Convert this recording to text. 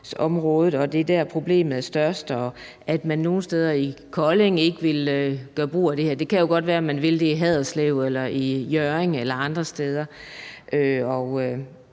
og at det er der, problemet er størst, og at man nogle steder i Kolding ikke ville gøre brug af det her. Det kan jo godt være, at man vil det i Haderslev, i Hjørring eller andre steder. Jeg